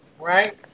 right